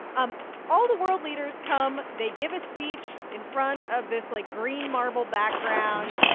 um all the world leaders come. they give a speech in front of this, like, green, marble background.